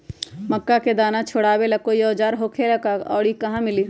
मक्का के दाना छोराबेला कोई औजार होखेला का और इ कहा मिली?